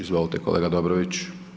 Izvolte kolega Dobrović.